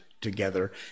together